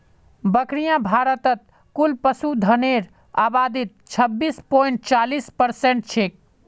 बकरियां भारतत कुल पशुधनेर आबादीत छब्बीस पॉइंट चालीस परसेंट छेक